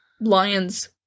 lions